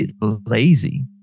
lazy